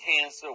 cancer